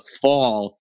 fall